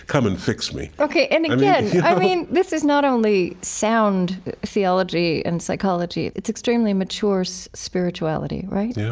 come and fix me. and again, yeah yeah i mean this is not only sound theology and psychology, it's extremely mature so spirituality, right? yeah